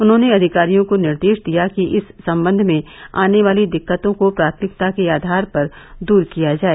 उन्होंने अधिकारियों को निर्देश दिया कि इस सम्बन्ध में आने वाली दिक्कतों को प्राथमिकता के आधार पर दूर किया जाए